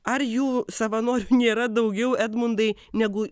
ar jų savanorių nėra daugiau edmundai negu